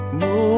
no